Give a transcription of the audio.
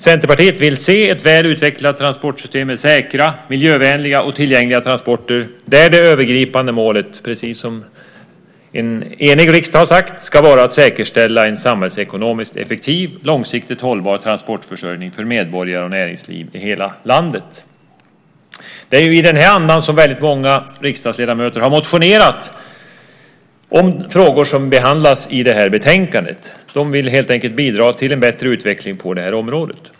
Centerpartiet vill se ett väl utvecklat transportsystem med säkra, miljövänliga och tillgängliga transporter där det övergripande målet, precis som en enig riksdag har sagt, ska vara att säkerställa en samhällsekonomiskt effektiv och långsiktig hållbar transportförsörjning för medborgare och näringsliv i hela landet. Det är i den andan som väldigt många riksdagsledamöter har motionerat om frågor som behandlas i betänkandet. De vill helt enkelt bidra till en bättre utveckling på området.